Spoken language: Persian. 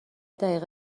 دقیقه